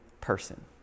person